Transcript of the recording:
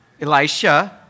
Elisha